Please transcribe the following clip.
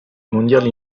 mondiali